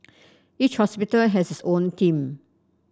each hospital has its own team